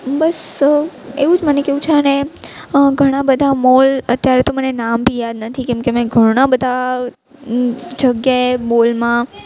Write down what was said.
બસ એવું જ મને કેવું છે અને ઘણાં બધાં મોલ અત્યારે તો મને નામ બી યાદ નથી કેમકે મેં ઘણાં બધાં જગ્યાએ મોલમાં